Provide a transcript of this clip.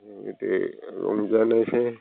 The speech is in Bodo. ए दे रंजानायसै